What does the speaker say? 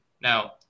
now